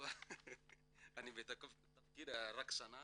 אני בתפקיד רק שנה